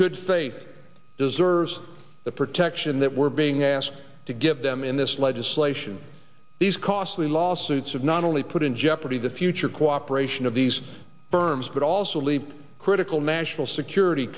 good faith deserves the protection that we're being asked to give them in this legislation these costly lawsuits have not only put in jeopardy the future cooperation of these firms but also leave critical national security